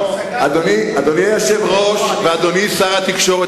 אדוני היושב-ראש ואדוני שר התקשורת,